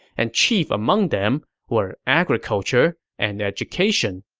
and chief among them were agriculture and education.